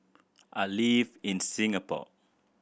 I live in Singapore